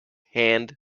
hand